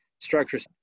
structures